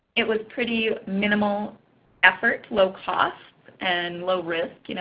it was pretty minimal effort, low-cost, and low risk. you know